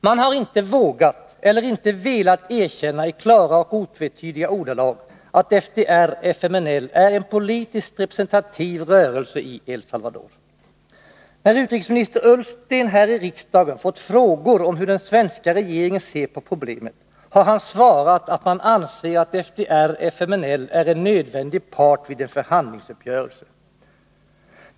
Man har inte vågat, eller inte velat erkänna i klara och otvetydiga ordalag, att FDR FMNL är en nödvändig part vid en förhandlingsuppgörelse.